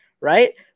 right